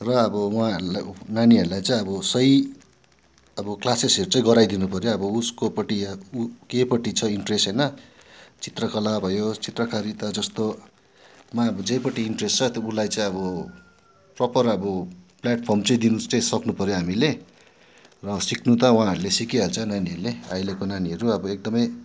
र अब उहाँहरूलाई नानीहरूलाई चाहिँ अब सही अब क्लासेसहरू चाहिँ गराइदिनुपर्यो अब उसकोपट्टि अब ऊ केपट्टि छ इन्ट्रेस्ट होइन चित्रकला भयो चित्रकारिता जस्तोमा अब जेपट्टि इन्ट्रेस्ट छ त्यो उसलाई चाहिँ अब प्रोपर अब प्लेटफ्रम चाहिँ दिनु चाहिँ सक्नुपर्यो हामीले र सिक्नु त उहाँहरूले सिकिहाल्छ नानीहरूले अहिलेको नानीहरू अब एकदमै